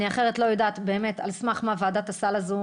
אחרת אני באמת לא יודעת על סמך מה ועדת הסל הזו,